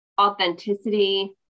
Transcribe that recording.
authenticity